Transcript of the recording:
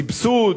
סבסוד,